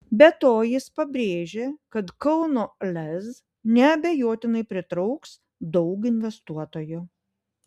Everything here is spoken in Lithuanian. be to jis pabrėžė kad kauno lez neabejotinai pritrauks daug investuotojų